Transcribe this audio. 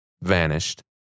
vanished